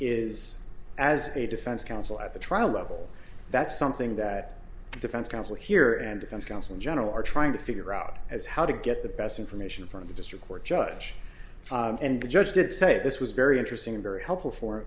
is as a defense counsel at the trial level that's something that defense counsel here and defense counsel in general are trying to figure out as how to get the best information from the district court judge and the judge did say this was very interesting and very helpful for